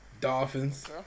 Dolphins